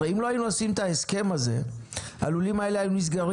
הרי אם לא היינו עושים את ההסכם הזה הלולים האלה היו נסגרים